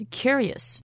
curious